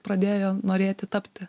pradėjo norėti tapti